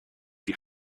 die